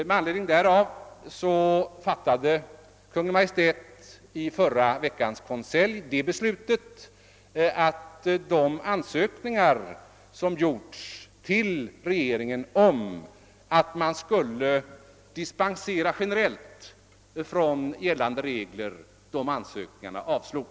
Med anledning därav beslöt Kungl. Maj:t i förra veckans konselj att avslå de ansökningar som gjorts till regeringen om generell dispens från gällande regler.